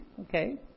Okay